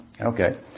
Okay